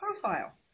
profile